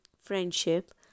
Friendship